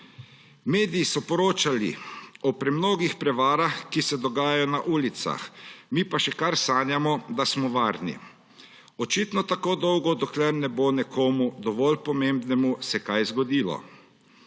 Mediji so poročali o premnogih prevarah, ki se dogajajo na ulicah, mi pa še kar sanjamo, da smo varni. Očitno tako dolgo, dokler se ne bo nekomu dovolj pomembnemu kaj zgodilo.